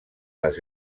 les